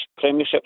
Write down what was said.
Premiership